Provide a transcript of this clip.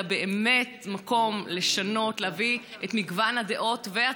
המספרים ההולכים וגדלים,